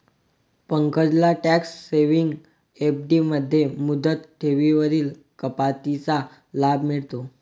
पंकजला tax saving FD मध्ये मुदत ठेवींवरील कपातीचा लाभ मिळतो